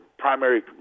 Primary